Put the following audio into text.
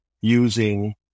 using